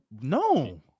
No